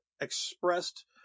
expressed